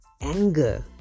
anger